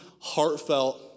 heartfelt